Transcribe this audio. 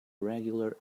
regular